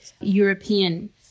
European